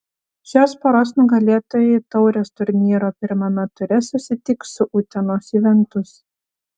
šios poros nugalėtojai taurės turnyro pirmame ture susitiks su utenos juventus